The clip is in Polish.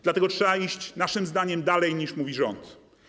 Dlatego trzeba iść, naszym zdaniem, dalej niż mówi rząd.